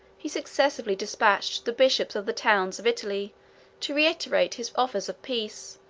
he successively despatched the bishops of the towns of italy to reiterate his offers of peace,